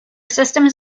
systems